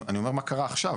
אני אומר מה קרה עכשיו,